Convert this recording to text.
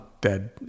dead